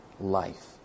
life